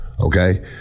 okay